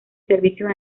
servicios